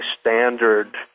standard